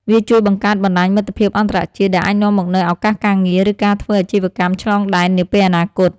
វាជួយបង្កើតបណ្ដាញមិត្តភាពអន្តរជាតិ ដែលអាចនាំមកនូវឱកាសការងារ ឬការធ្វើអាជីវកម្មឆ្លងដែននាពេលអនាគត។